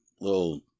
little